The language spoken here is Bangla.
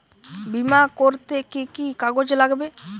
বিমা করতে কি কি কাগজ লাগবে?